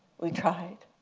we tried.